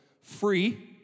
Free